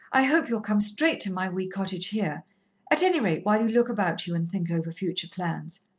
i hope you'll come straight to my wee cottage here at any rate while you look about you and think over future plans.